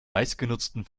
meistgenutzten